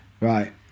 Right